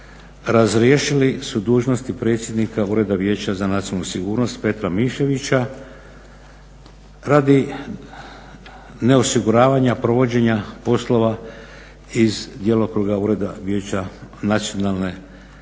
razriješili su dužnosti predsjednika Ureda vijeća za nacionalnu sigurnost Petra Miševića, radi neosiguravanja provođenja poslova iz djelokruga Ureda vijeća nacionalne sigurnosti